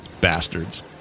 Bastards